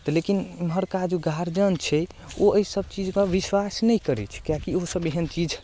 तऽ लेकिन एमहरका जे गार्जियन छै ओ एहि सब चीज पर विश्वास नहि करै छै किएकि ओसब एहन चीज